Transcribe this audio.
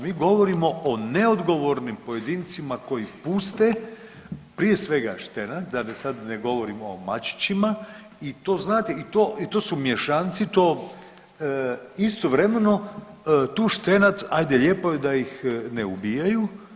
Mi govorimo o neodgovornim pojedincima koji puste prije svega štenad, da sad ne govorimo o mačićima i to znate to su mješanci to istovremeno tu štenad, hajde lijepo je da ih ne ubijaju.